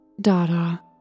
Dada